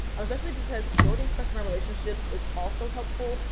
especially because building customer relationships is also helpful.